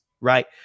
right